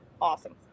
awesome